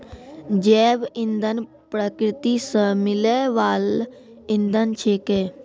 जैव इंधन प्रकृति सॅ मिलै वाल इंधन छेकै